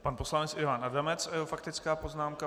Pak poslanec Ivan Adamec a jeho faktická poznámka.